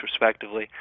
respectively